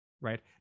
right